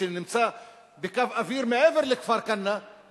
שנמצא בקו אוויר מעבר לכפר-כנא,